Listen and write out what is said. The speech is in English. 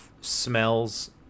smells